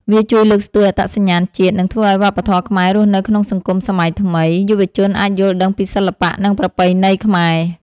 វាជួយលើកស្ទួយអត្តសញ្ញាណជាតិ និងធ្វើឲ្យវប្បធម៌ខ្មែររស់នៅក្នុងសង្គមសម័យថ្មី។ យុវជនអាចយល់ដឹងពីសិល្បៈ និងប្រពៃណីខ្មែរ